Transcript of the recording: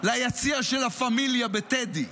ליציע של לה פמיליה בטדי.